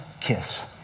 kiss